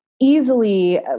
Easily